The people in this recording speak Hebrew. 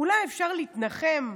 אולי אפשר להתנחם,